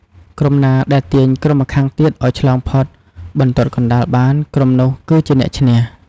ក្រុមណាដែលទាញក្រុមម្ខាងទៀតឱ្យឆ្លងផុតបន្ទាត់កណ្ដាលបាន ក្រុមនោះគឺជាអ្នកឈ្នះ។